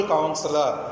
Counselor